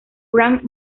franz